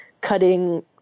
cutting